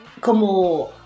como